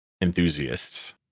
enthusiasts